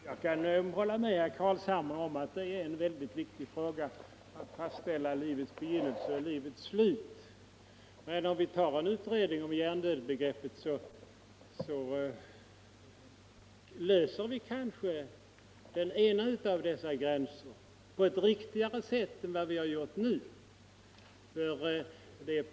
Herr talman! Jag kan hålla med herr Carlshamre om att det är mycket viktigt att fastställa vad som är livets begynnelse och livets slut, men om vi får en utredning om hjärndödsbegreppet drar vi kanske den ena av dessa gränser på ett riktigare sätt än vi gjort hittills.